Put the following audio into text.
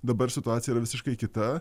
dabar situacija yra visiškai kita